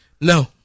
No